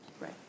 Right